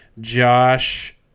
Josh